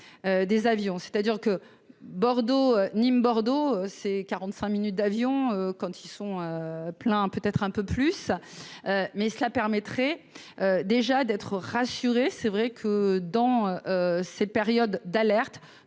c'est-à-dire que Bordeaux, Nîmes, Bordeaux c'est 45 minutes d'avion quand ils sont pleins, peut être un peu plus mais cela permettrait déjà d'être rassuré, c'est vrai que dans ces périodes d'alerte,